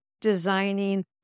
designing